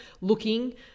looking